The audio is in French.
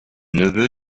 neveu